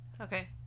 Okay